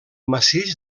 massís